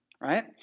right